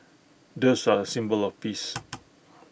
doves are A symbol of peace